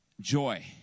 Joy